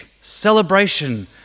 celebration